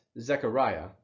Zechariah